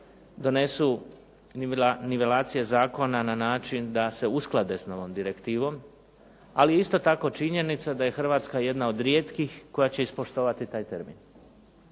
donesu nivelacije zakona na način da se usklade s novom direktivom, ali isto tako je činjenica da je Hrvatska jedna od rijetkih koja će ispoštovati taj termin.